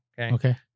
Okay